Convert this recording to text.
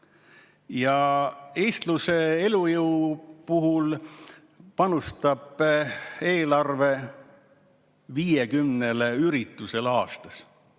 Eestluse elujõu puhul panustab eelarve 50 üritusele aastas.